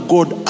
God